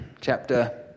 chapter